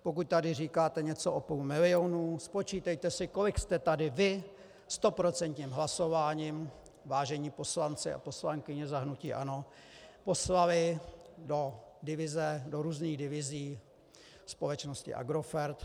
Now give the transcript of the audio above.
Pokud tady říkáte něco o půl milionu, spočítejte si, kolik jste tady vy stoprocentním hlasováním, vážení poslanci a poslankyně za hnutí ANO, poslali do divize, do různých divizí společnosti Agrofert.